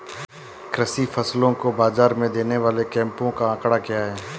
कृषि फसलों को बाज़ार में देने वाले कैंपों का आंकड़ा क्या है?